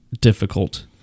difficult